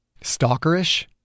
stalkerish